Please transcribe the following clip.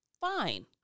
fine